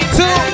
two